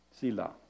sila